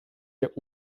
der